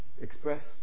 express